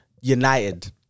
United